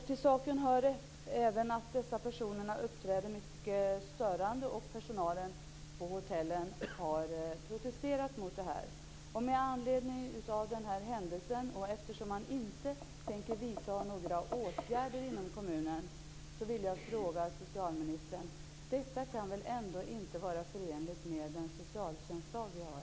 Till saken hör även att dessa personer uppträder mycket störande och att personalen på hotellen har protesterat mot detta. Detta kan väl ändå inte vara förenligt med den socialtjänstlag som vi har?